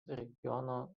regiono